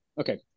Okay